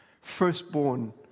Firstborn